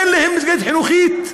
אין להם מסגרת חינוכית?